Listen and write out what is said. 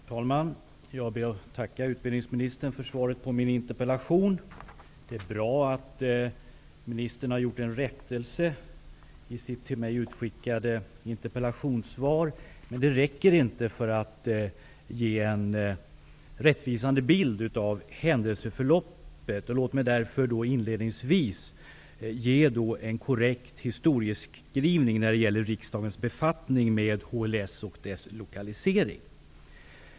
Herr talman! Jag ber att få tacka utbildningsministern för svaret på min interpellation. Det är bra att ministern har gjort en rättelse i sitt till mig utskickade interpellationssvar, men det räcker inte för att ge en rättvisande bild av händelseförloppet. Låt mig därför inledningsvis ge en korrekt historieskrivning när det gäller riksdagens befattning med HLS och dess lokalisering.